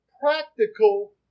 practical